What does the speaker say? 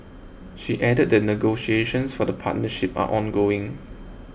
she added that negotiations for the partnership are ongoing